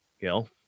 Gil